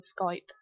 Skype